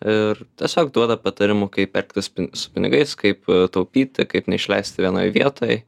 ir tiesiog duoda patarimų kaip elgtis su pinigais kaip taupyti kaip neišleisti vienoj vietoj